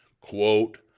Quote